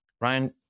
Ryan